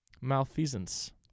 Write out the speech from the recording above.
Malfeasance